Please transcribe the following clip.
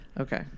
Okay